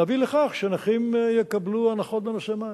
להביא לכך שנכים יקבלו הנחות בנושא מים.